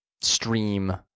stream